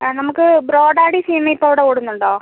ആ നമുക്ക് Bro Daddy സിനിമ ഇപ്പം അവിടെ ഓടുന്നുണ്ടോ